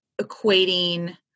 equating